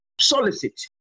solicit